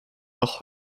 noch